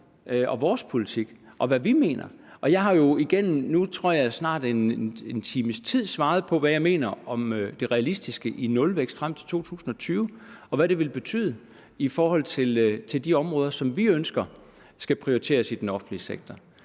Folkepartis politik er, og hvad vi mener. Og nu har jeg igennem, jeg tror snart en times tid svaret på, hvad jeg mener om det realistiske i nulvækst frem til 2020, og hvad det vil betyde for de områder, som vi ønsker skal prioriteres i den offentlige sektor.